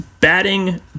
Batting